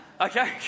Okay